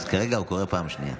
אז כרגע הוא קורא פעם שנייה.